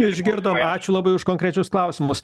išgirdom ačiū labai už konkrečius klausimus